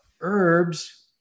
Herbs